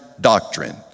doctrine